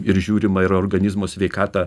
ir žiūrima yra organizmo sveikata